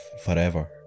forever